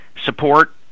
support